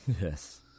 Yes